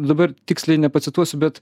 dabar tiksliai nepacituosiu bet